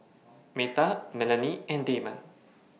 Metta Melonie and Damon